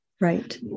Right